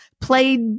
played